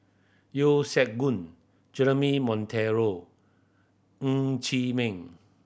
Yeo Siak Goon Jeremy Monteiro Ng Chee Ming